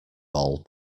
all